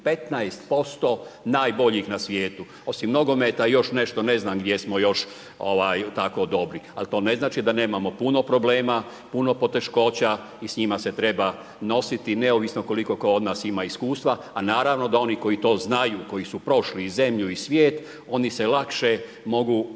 15% najboljih na svijetu. Osim nogometa, još nešto, ne znam gdje smo još tako dobri ali to ne znači da nemamo puno problema, puno poteškoća i s njima se treba nositi neovisno koliko tko od nas ima iskustva a naravno da oni koji to znaju, koji su prošli i zemlju i svijet, oni se lakše mogu argumentima